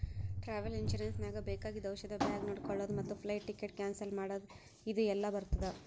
travel insurance ನಾಗ್ ಬೇಕಾಗಿದ್ದು ಔಷಧ ಬ್ಯಾಗ್ ನೊಡ್ಕೊಳದ್ ಮತ್ ಫ್ಲೈಟ್ ಟಿಕೆಟ್ ಕ್ಯಾನ್ಸಲ್ ಮಾಡದ್ ಇದು ಎಲ್ಲಾ ಬರ್ತುದ